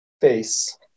face